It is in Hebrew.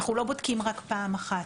שאנחנו לא בודקים רק פעם אחת,